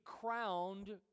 crowned